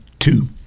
two